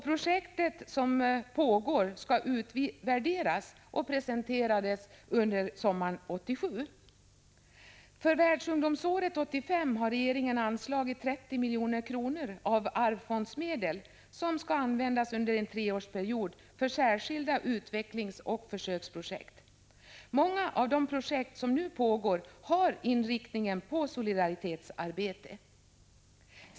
Projektet, som pågår, skall utvärderas och presenteras under sommaren 1987. För världsungdomsåret 1985 har regeringen anslagit 30 milj.kr. av arvsfondsmedel, som skall användas under en treårsperiod för särskilda utvecklingsoch försöksprojekt. Många av de projekt som nu pågår inriktas på solidaritetsarbete.